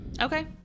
Okay